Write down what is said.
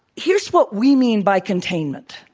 here's what we mean by containment.